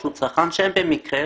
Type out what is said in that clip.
שהוא צרכן שלהם במקרה,